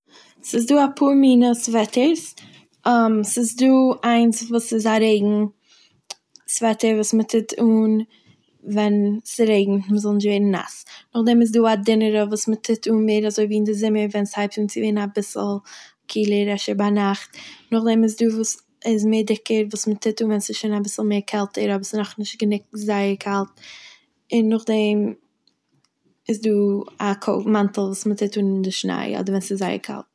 ס'איז דא אפאר מינע סוועטערס, ס'איז דא איינס וואס איז א רעגן סוועטער וואס מ'טוט אן ווען ס'רעגנט מ'זאל נישט ווערן נאס, נאכדעם איז דא א דינערע וואס מ'טוט אן מער אזוי ווי אין די זומער ווען ס'הייבט אן צו ווערן אביסל קילער אפשר ביינאכט, נאכדעם איז דא וואס איז מער דיקער וואס מ'טוט אן ווען ס'איז אביסל מער קעלטער אבער ס'נאכנישט גענוג זייער קאלט, און נאכדעם איז דא א קאוט- מאנטל וואס מ'טוט אן אין די שניי אדער ווען ס'איז זייער קאלט.